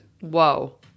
Whoa